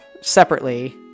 separately